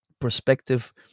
perspective